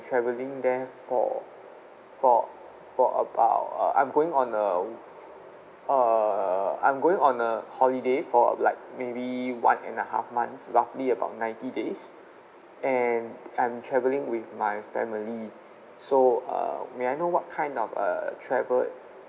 travelling there for for for about uh I'm going on a err I'm going on a holiday for like maybe one and a half months roughly about ninety days and I'm travelling with my family so uh may I know what kind of uh travel